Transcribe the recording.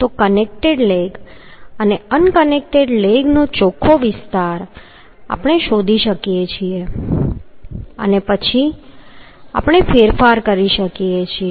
તો connected leg અને unconnected leg નો ચોખ્ખો વિસ્તાર આપણે શોધી શકીએ છીએ અને પછી આપણે ફેરફાર કરી શકીએ છીએ